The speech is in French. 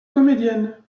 comédienne